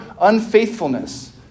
unfaithfulness